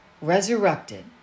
resurrected